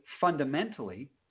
fundamentally